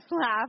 laugh